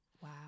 Wow